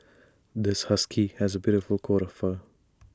this husky has A beautiful coat of fur